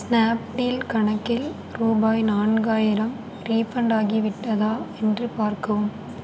Snapdeal கணக்கில் ரூபாய் நான்காயிரம் ரீஃபண்ட் ஆகிவிட்டதா என்று பார்க்கவும்